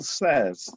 says